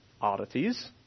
oddities